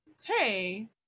Hey